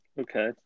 Okay